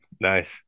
Nice